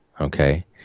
okay